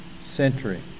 century